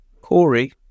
Corey